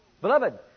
Beloved